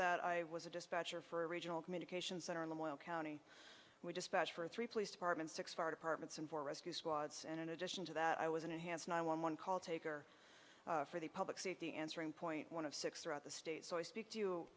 that i was a dispatcher for a regional communications center in the oil county we dispatched for three police departments six fire departments and four rescue squads and in addition to that i was an enhanced nine one one call taker for the public safety answering point one of six throughout the state so i speak to